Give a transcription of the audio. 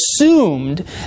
assumed